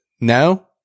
No